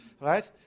Right